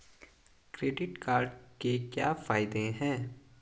Credit card के क्या फायदे हैं?